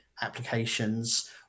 applications